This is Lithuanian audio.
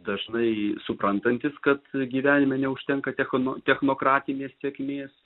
dažnai suprantantis kad gyvenime neužtenka techon technokratinės sėkmės